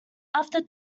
after